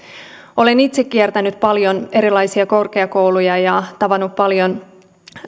olen itse kiertänyt paljon erilaisia korkeakouluja ja tavannut paljon